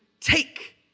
take